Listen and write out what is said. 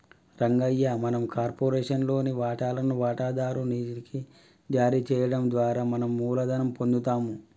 రంగయ్య మనం కార్పొరేషన్ లోని వాటాలను వాటాదారు నికి జారీ చేయడం ద్వారా మనం మూలధనం పొందుతాము